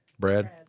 Brad